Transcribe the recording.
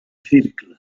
circle